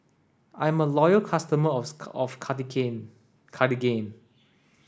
I'm a loyal customer of Cartigain